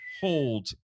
hold